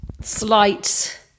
slight